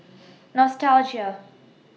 Nostalgia